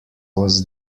was